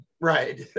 Right